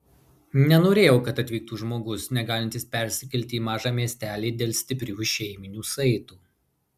nenorėjau kad atvyktų žmogus negalintis persikelti į mažą miestelį dėl stiprių šeiminių saitų